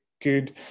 good